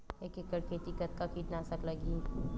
एक एकड़ खेती कतका किट नाशक लगही?